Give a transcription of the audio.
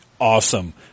Awesome